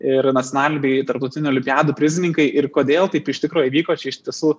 ir nacionaliniai tarptautinių olimpiadų prizininkai ir kodėl taip iš tikro įvyko čia iš tiesų